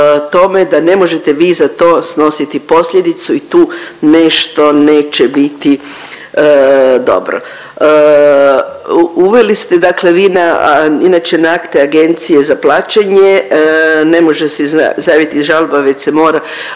da ne možete vi za to snositi posljedicu i tu nešto neće biti dobro. Uveli ste dakle vi na, inače na akte Agencije za plaćanje ne može se staviti žalba već se mora,